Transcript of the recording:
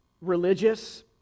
religious